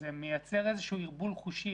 זה מייצר איזשהו ערבול חושי,